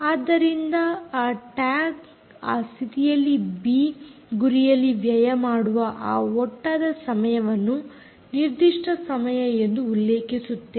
ಆದ್ದರಿಂದ ಆ ಟ್ಯಾಗ್ ಆ ಸ್ಥಿತಿಯಲ್ಲಿ ಬಿ ಗುರಿಯಲ್ಲಿ ವ್ಯಯ ಮಾಡುವ ಆ ಒಟ್ಟಾದ ಸಮಯವನ್ನು ನಿರ್ದಿಷ್ಟ ಸಮಯ ಎಂದು ಉಲ್ಲೇಖಿಸುತ್ತೇವೆ